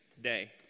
day